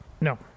no